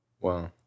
Wow